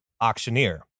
Auctioneer